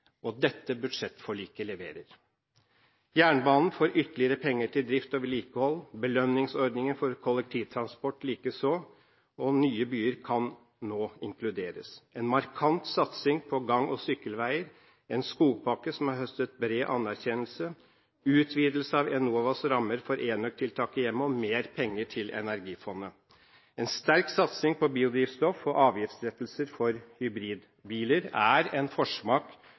samarbeidsavtalen. Dette budsjettforliket leverer. Jernbanen får ytterligere penger til drift og vedlikehold, belønningsordningen for kollektivtransport likeså, og nye byer kan nå inkluderes. En markant satsing på gang- og sykkelveier, en skogpakke som har høstet bred anerkjennelse, utvidelse av Enovas rammer for enøktiltak i hjemmet og mer penger til energifondet, en sterk satsing på biodrivstoff og avgiftslettelser for hybridbiler er en forsmak